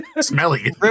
Smelly